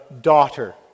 daughter